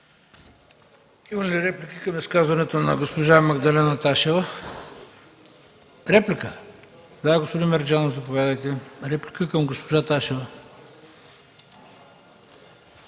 Има ли реплики към изказването на госпожа Магдалена Ташева? Заповядайте, господин Мерджанов, за реплика към госпожа Ташева.